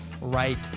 right